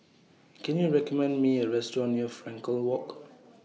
Can YOU recommend Me A Restaurant near Frankel Walk